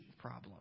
problem